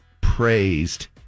praised